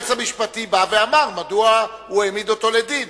בא ואמר מדוע הוא העמיד אותו לדין,